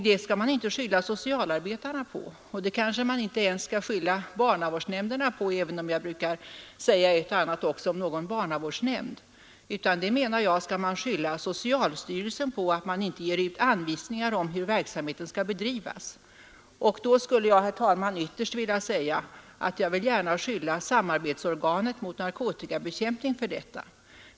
Det skall man inte lasta socialarbetarna för — kanske inte ens barnavårdsnämnderna, även om jag ibland brukar säga ett och annat också om någon barnavårdsnämnd — utan socialstyrelsen, som inte ger ut anvisningar om hur verksamheten skall bedrivas. Jag vill, herr talman, i stället ytterst lägga skulden för detta på samarbetsnämnden för narkotikabekämpning.